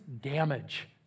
damage